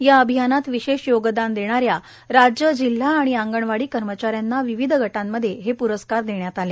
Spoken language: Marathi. या अभियानात विशेष योगदान देणाऱ्या राज्य जिल्हा आणि आंगणवाडी कर्मचाऱ्यांना विविध गटांमध्ये हे प्रस्कार देण्यात आले